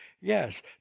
Yes